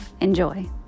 Enjoy